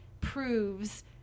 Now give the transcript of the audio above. proves